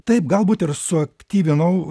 taip galbūt ir suaktyvinau